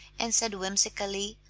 and said whimsically,